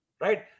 Right